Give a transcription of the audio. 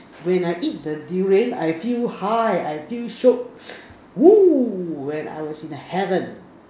when I eat the Durian I feel high I feel shiok when I was in the heaven